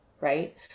right